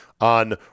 on